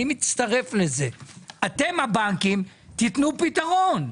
אני מצטרף לזה - אתם הבנקים תיתנו פתרון.